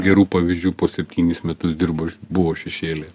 gerų pavyzdžių po septynis metus dirbo buvo šešėlyje